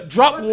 Drop